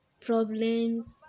problems